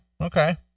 Okay